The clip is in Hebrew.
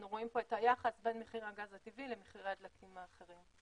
אנחנו רואים פה את היחס בין מחיר הגז הטבעי למחירי הדלקים האחרים.